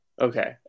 Okay